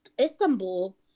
Istanbul